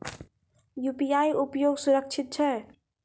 UPI उपयोग सुरक्षित छै?